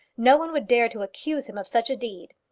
no one would dare to accuse him of such a deed.